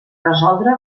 resoldre